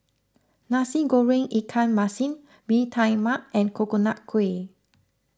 Nasi Goreng Ikan Masin Bee Tai Mak and Coconut Kuih